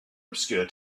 obscure